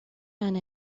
and